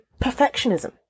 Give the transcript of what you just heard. perfectionism